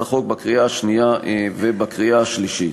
החוק בקריאה שנייה ובקריאה שלישית.